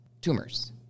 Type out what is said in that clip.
tumors